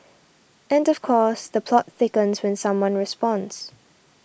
and of course the plot thickens when someone responds